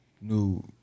new